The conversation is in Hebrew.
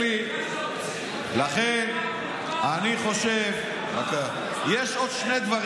לכן אני חושב, יש עוד שני דברים.